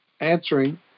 answering